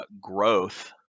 growth